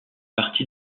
parti